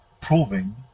proving